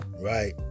right